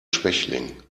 schwächling